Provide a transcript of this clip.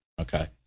okay